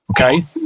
Okay